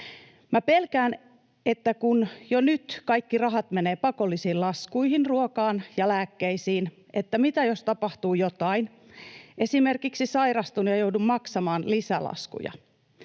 Pelkään, kun jo nyt kaikki rahat menevät pakollisiin laskuihin, ruokaan ja lääkkeisiin, että mitä jos tapahtuu jotain, esimerkiksi sairastun ja joudun maksamaan lisälaskuja.